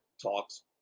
talks